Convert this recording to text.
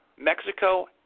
Mexico